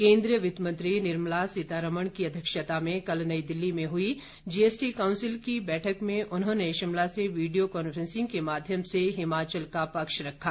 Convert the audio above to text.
केन्द्रीय वित्त मंत्री निर्मला सीमा रमण की अध्यक्षता में कल नई दिल्ली में हुई जीएसटी काउंसिल की बैठक में उन्होंने शिमला से वीडियो कान्फ्रैंसिंग के माध्यम से हिमाचल का पक्ष रखा